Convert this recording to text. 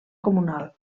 comunal